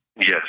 Yes